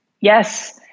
Yes